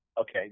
Okay